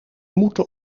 moeten